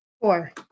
Four